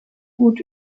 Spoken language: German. gut